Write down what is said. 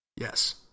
Yes